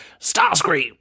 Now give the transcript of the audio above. Starscream